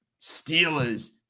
Steelers